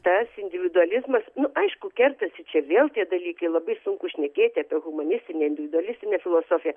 tas individualizmas aišku kertasi čia vėl tie dalykai labai sunku šnekėti apie humanistinę individualistinę filosofiją